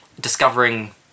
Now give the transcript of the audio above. discovering